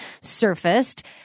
surfaced